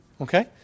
Okay